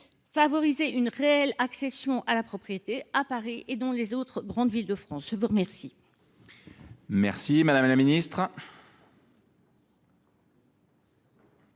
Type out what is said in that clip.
favoriser une réelle accession à la propriété à Paris et dans les autres grandes villes de France ? La parole est à Mme la ministre